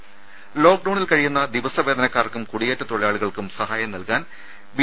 രദേശ ലോക്ഡൌണിൽ കഴിയുന്ന ദിവസ വേതനക്കാർക്കും കുടിയേറ്റ തൊഴിലാളികൾക്കും സഹായം നൽകാൻ ബി